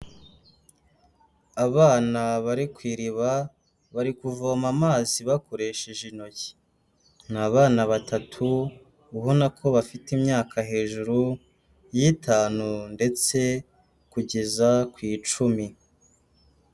Abana bari ku iriba bari kuvoma amazi bakoresheje intoki. Ni abana batatu ubona ko bafite imyaka hejuru y'itanu ndetse kugeza ku icumi.